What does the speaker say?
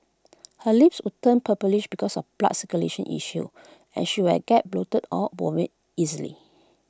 her lips would turn purplish because of blood circulation issues and she would get bloated or vomit easily